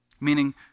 Meaning